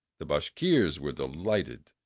the bashkirs were delighted.